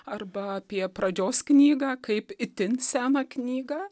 arba apie pradžios knygą kaip itin seną knygą